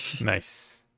nice